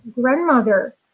grandmother